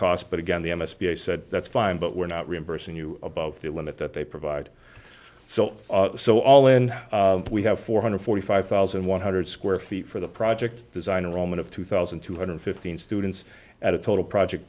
cost but again the m s p i said that's fine but we're not reimbursing you about the limit that they provide so so all in we have four hundred and forty five thousand one hundred square feet for the project designer roman of two thousand two hundred and fifteen dollars students at a total project